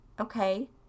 Okay